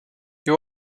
you